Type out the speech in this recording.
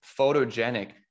photogenic